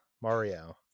Mario